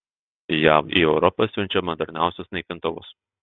jav į europą siunčia moderniausius naikintuvus